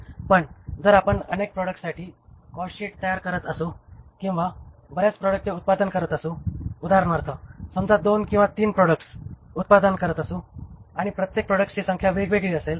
पण जर आपण अनेक प्रॉडक्ट साठी कॉस्ट शीट तयार करत असू किंवा आपण बऱ्याच प्रॉडक्ट्सचे उत्पादन करत असू उदाहरणार्थ समजा २ किंवा ३ प्रॉडक्ट्सच उत्पादन करत असू आणि प्रत्येक प्रॉडक्टची संख्या वेगवेगळी असेल